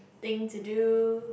thing to do